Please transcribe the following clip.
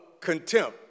contempt